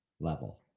level